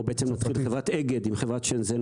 -- או בעצם נתחיל, חברת אגד עם חברת שנזן